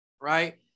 right